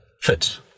fit